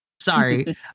sorry